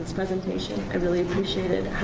presentation i really appreciate